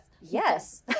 Yes